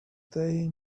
they